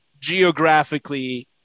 geographically